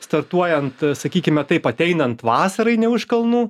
startuojant sakykime taip ateinant vasarai ne už kalnų